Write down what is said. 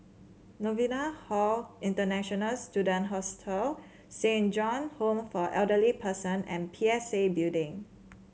Novena Hall International Students Hostel Saint John's Home for Elderly Persons and P S A Building